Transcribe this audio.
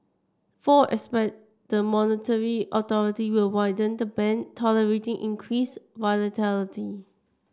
four expect the monetary authority will widen the band tolerating increased volatility